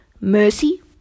Mercy